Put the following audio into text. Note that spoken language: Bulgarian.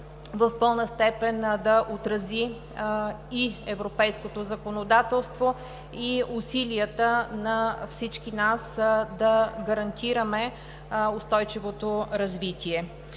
в пълна степен да отрази и европейското законодателство, и усилията на всички нас да гарантираме устойчивото развитие.